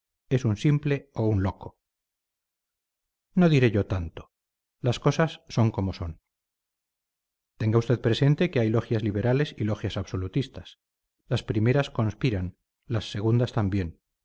es un simple o un loco no diré yo tanto las cosas son como son tenga usted presente que hay logias liberales y logias absolutistas las primeras conspiran las segundas también